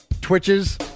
twitches